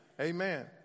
Amen